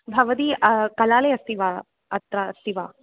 भवती कलालये अस्ति वा अत्र अस्ति वा